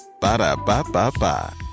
Ba-da-ba-ba-ba